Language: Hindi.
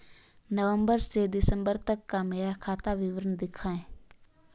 नवंबर से दिसंबर तक का मेरा खाता विवरण दिखाएं?